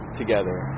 together